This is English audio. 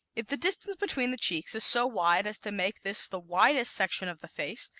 if the distance between the cheeks is so wide as to make this the widest section of the face,